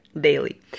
daily